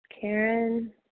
Karen